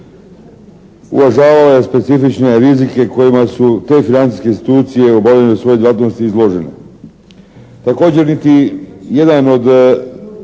uvažavale specifične rizike kojima su te financijske institucije u obavljanju svoje djelatnosti izložene. Također niti jedan od